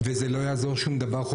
וזה לא יעזור שום דבר,